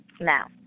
Now